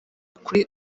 kuri